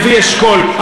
לוי אשכול.